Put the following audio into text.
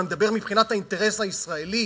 אני מדבר מבחינת האינטרס הישראלי.